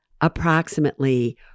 approximately